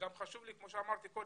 כמו שאמרתי קודם,